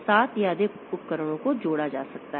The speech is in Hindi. तो सात या अधिक उपकरणों को जोड़ा जा सकता है